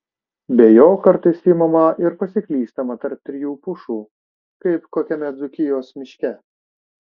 be jo kartais imama ir pasiklystama tarp trijų pušų kaip kokiame dzūkijos miške